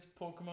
Pokemon